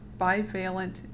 bivalent